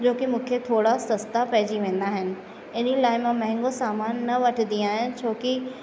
छो कि मूंखे थोरा सस्ता पेईजी वेंदा आहिनि हिन लाइ मां महांगो सामान न वठंदी आहियां छो कि